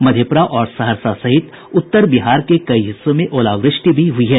मधेपुरा और सहरसा सहित उत्तर बिहार के कई हिस्सों में ओलावृष्टि भी हुई है